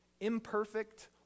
Imperfect